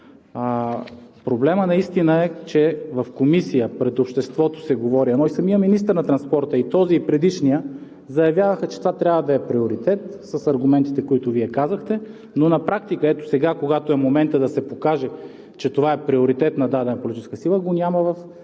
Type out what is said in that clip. Проблемът наистина е, че в Комисията, пред обществото се говори едно – самият министър на транспорта и този, и предишният, заявяваха, че това трябва да е приоритет с аргументите, които Вие казахте, но на практика, ето сега, когато е моментът да се покаже, че това е приоритет на дадена политическа сила, го няма в